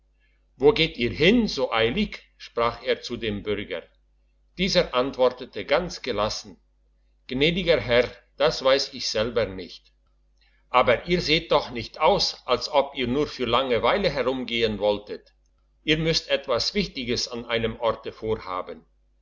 wo geht ihr hin so eilig sprach er zu dem bürger dieser erwiderte ganz gelassen gnädiger herr das weiss ich selber nicht aber ihr seht doch nicht aus als ob ihr nur für langeweile herumgehen wolltet ihr müsst etwas wichtiges an einem orte vorhaben